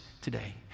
today